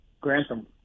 Grantham